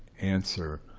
answer.